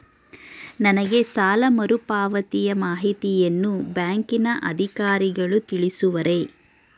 ನನಗೆ ಸಾಲ ಮರುಪಾವತಿಯ ಮಾಹಿತಿಯನ್ನು ಬ್ಯಾಂಕಿನ ಅಧಿಕಾರಿಗಳು ತಿಳಿಸುವರೇ?